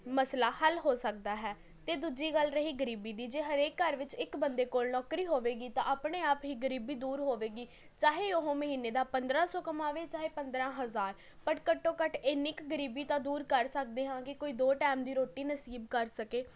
ਮਸਲਾ ਹੱਲ ਹੋ ਸਕਦਾ ਹੈ ਅਤੇ ਦੂਜੀ ਗੱਲ ਰਹੀ ਗਰੀਬੀ ਦੀ ਜੇ ਹਰੇਕ ਘਰ ਵਿੱਚ ਇੱਕ ਬੰਦੇ ਕੋਲ ਨੋਕਰੀ ਹੋਵੇਗੀ ਤਾਂ ਆਪਣੇ ਆਪ ਹੀ ਗਰੀਬੀ ਦੂਰ ਹੋਵੇਗੀ ਚਾਹੇ ਉਹ ਮਹੀਨੇ ਦਾ ਪੰਦਰਾਂ ਸੌ ਕਮਾਵੇ ਚਾਹੇ ਪੰਦਰਾਂ ਹਜ਼ਾਰ ਪਰ ਘੱਟੋ ਘੱਟ ਇੰਨੀ ਕੁ ਗਰੀਬੀ ਤਾਂ ਦੂਰ ਕਰ ਸਕਦੇ ਹਾਂ ਕਿ ਕੋਈ ਦੋ ਟੈਮ ਦੀ ਰੋਟੀ ਨਸੀਬ ਕਰ ਸਕੇ